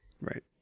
Right